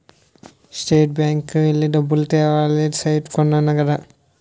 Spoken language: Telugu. స్టేట్ బ్యాంకు కి వెళ్లి డబ్బులు తేవాలి సైట్ కొన్నాను కదా